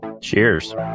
Cheers